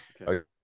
okay